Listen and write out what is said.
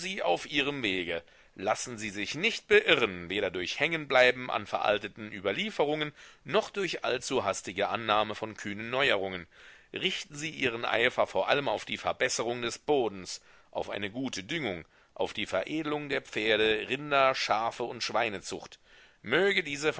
auf ihrem wege lassen sie sich nicht beirren weder durch hängenbleiben an veralteten überlieferungen noch durch allzu hastige annahme von kühnen neuerungen richten sie ihren eifer vor allem auf die verbesserung des bodens auf eine gute düngung auf die veredelung der pferde rinder schafe und schweinezucht möge diese